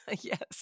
Yes